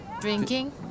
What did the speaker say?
Drinking